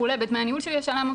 בדמי הניהול שהוא ישלם,